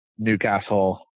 Newcastle